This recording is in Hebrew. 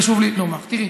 חשוב לי לומר: תראי,